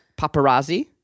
paparazzi